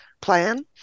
plan